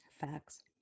Facts